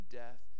death